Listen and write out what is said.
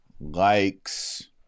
likes